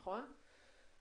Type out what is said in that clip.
נכון?